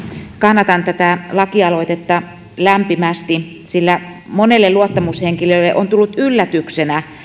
kannatan tätä lakialoitetta lämpimästi sillä monelle luottamushenkilölle on tullut yllätyksenä